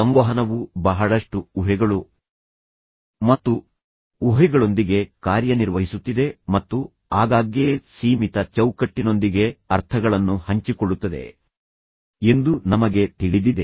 ಸಂವಹನವು ಬಹಳಷ್ಟು ಊಹೆಗಳು ಮತ್ತು ಊಹೆಗಳೊಂದಿಗೆ ಕಾರ್ಯನಿರ್ವಹಿಸುತ್ತಿದೆ ಮತ್ತು ಆಗಾಗ್ಗೆ ಸೀಮಿತ ಚೌಕಟ್ಟಿನೊಂದಿಗೆ ಅರ್ಥಗಳನ್ನು ಹಂಚಿಕೊಳ್ಳುತ್ತದೆ ಎಂದು ನಮಗೆ ತಿಳಿದಿದೆ